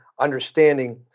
understanding